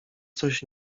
coś